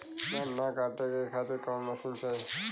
गन्ना कांटेके खातीर कवन मशीन चाही?